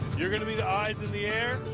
you're gonna be the eyes in the air.